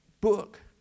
book